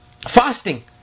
fasting